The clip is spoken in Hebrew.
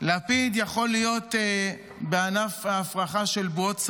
לפיד יכול להיות בענף ההפרחה של בועות סבון.